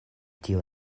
tio